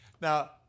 Now